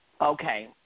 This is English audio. Okay